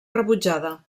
rebutjada